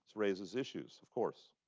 so raises issues, of course.